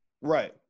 Right